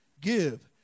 give